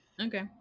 Okay